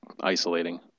isolating